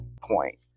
point